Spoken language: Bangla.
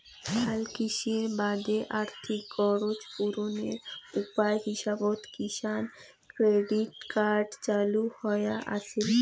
হালকৃষির বাদে আর্থিক গরোজ পূরণের উপায় হিসাবত কিষাণ ক্রেডিট কার্ড চালু হয়া আছিল